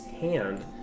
hand